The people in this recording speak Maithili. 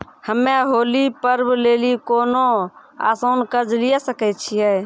हम्मय होली पर्व लेली कोनो आसान कर्ज लिये सकय छियै?